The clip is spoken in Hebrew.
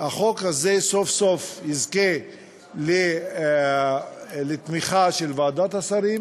החוק הזה סוף-סוף יזכה לתמיכה של ועדת השרים